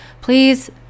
Please